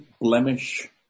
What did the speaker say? blemish